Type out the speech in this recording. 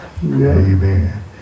Amen